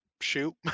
shoot